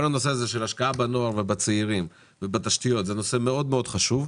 כל הנושא הזה של השקעה בנוער ובצעירים ובתשתיות זה נושא מאוד חשוב,